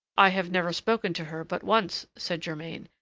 i have never spoken to her but once, said germain.